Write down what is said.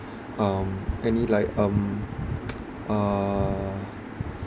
um any like um uh